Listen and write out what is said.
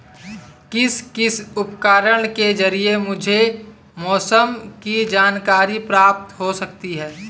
किस किस उपकरण के ज़रिए मुझे मौसम की जानकारी प्राप्त हो सकती है?